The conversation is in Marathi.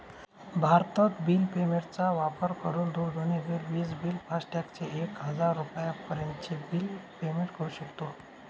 भारतत बिल पेमेंट चा वापर करून दूरध्वनी बिल, विज बिल, फास्टॅग चे एक हजार रुपयापर्यंत चे बिल पेमेंट करू शकतो